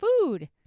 food